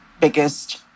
biggest